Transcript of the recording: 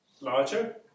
larger